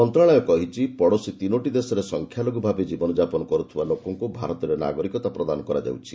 ମନ୍ତ୍ରଣାଳୟ କହିଛି ପଡ଼ୋଶୀ ତିନୋଟି ଦେଶରେ ସଂଖ୍ୟାଲଘୁ ଭାବେ ଜୀବନଯାପନ କରୁଥିବା ଲୋକଙ୍କୁ ଭାରତରେ ନାଗରିକତା ପ୍ରଦାନ କରାଯାଉଛି